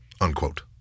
unquote